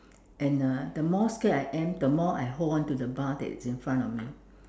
and uh the more scared I am the more I hold on to the bar that is in front of me